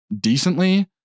decently